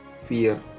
fear